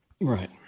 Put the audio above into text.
Right